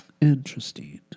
Interesting